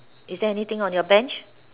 is there anything on your bench